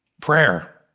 Prayer